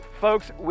folks